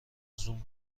زوم